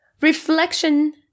Reflection